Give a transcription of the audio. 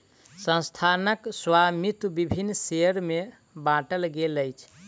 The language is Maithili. संस्थानक स्वामित्व विभिन्न शेयर में बाटल गेल अछि